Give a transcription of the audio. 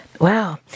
Wow